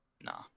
Nah